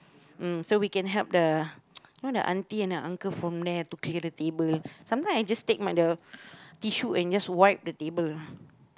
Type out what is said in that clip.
mm so we can help the you know the aunty and the uncle from there have to clear the table sometimes I just take my the tissue and just wipe the table